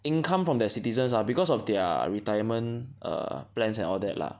income from their citizens ah because of their retirement err plans and all that lah